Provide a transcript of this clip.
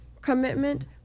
commitment